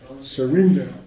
Surrender